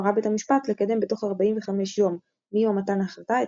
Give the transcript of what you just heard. הורה בית המשפט לקדם בתוך 45 יום מיום מתן ההחלטה את